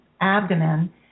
abdomen